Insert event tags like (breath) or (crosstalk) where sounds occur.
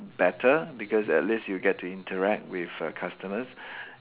better because at least you get to interact with err customers (breath)